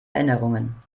erinnerungen